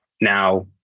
now